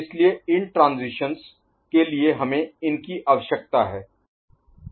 इसलिए इन ट्रांजीशनस के लिए हमें इन की आवश्यकता है